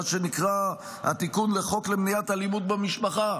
מה שנקרא "התיקון לחוק למניעת אלימות במשפחה".